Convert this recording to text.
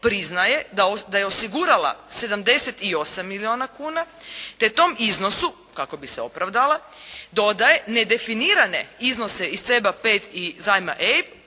priznaje da je osigurala 78 milijuna kuna, te tom iznosu, kako bi se opravdala, dodaje nedefinirane iznose iz CEB-a 5 i zajma EIB